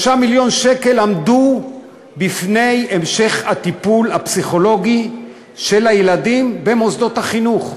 3 מיליון שקל עמדו בפני המשך הטיפול הפסיכולוגי לילדים במוסדות החינוך.